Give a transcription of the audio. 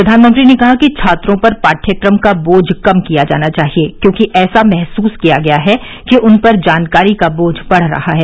प्रधानमंत्री ने कहा कि छात्रों पर पाठयक्रम का बोझ कम किया जाना चाहिए क्योंकि ऐसा महसूस किया गया है कि उन पर जानकारी का बोझ बढ़ रहा है